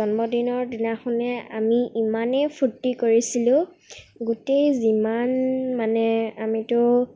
জন্মদিনৰ দিনাখনেই আমি ইমানেই ফূৰ্তি কৰিছিলোঁ গোটেই যিমান মানে আমিটো